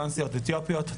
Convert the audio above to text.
טרנסיות אתיופיות,